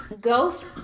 Ghost